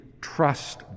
Trust